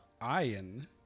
iron